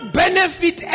benefit